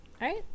right